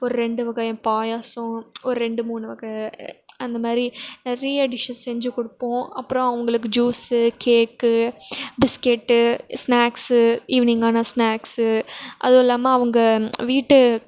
ஒரு ரெண்டு வகை பாயாசம் ஒரு ரெண்டு மூணு வகை அந்த மாதிரி நிறைய டிஷ்ஷஸ் செஞ்சுக் கொடுப்போம் அப்புறம் அவங்களுக்கு ஜூஸு கேக்கு பிஸ்கெட்டு ஸ்நாக்ஸு ஈவினிங்கானால் ஸ்நாக்ஸு அதுவும் இல்லாமல் அவங்க வீட்டு